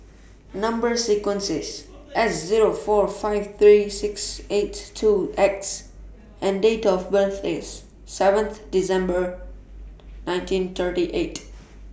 Number sequence IS S Zero four five three six eight two X and Date of birth IS seventh December nineteen thirty eight